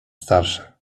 starsze